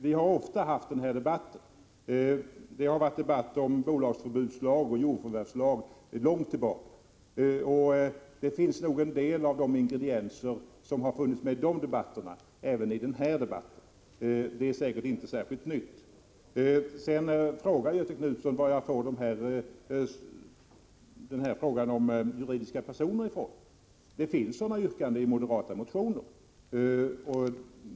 Vi har ofta fört den här debatten. Vi har haft debatter om bolagsförbudslagen och jordförvärvslagen för mycket länge sedan. En del av de ingredienser som fanns med i de debatterna finns nog med även i dag. Göthe Knutson frågar varifrån frågan om juridiska personer kommer. Det finns sådana yrkanden i moderata motioner.